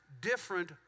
different